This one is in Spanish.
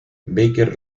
baker